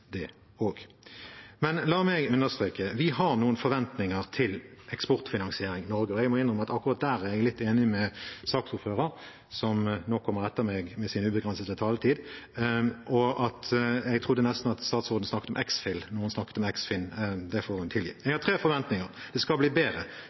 det også. La meg understreke: Vi har noen forventninger til Eksportfinansiering Norge, og jeg må innrømme at akkurat der er jeg litt enig med saksordføreren, som nå kommer etter meg med sin ubegrensede taletid. Jeg trodde nesten at statsråden snakket om ex.phil når hun snakket om Eksfin – det får hun tilgi. Jeg